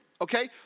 okay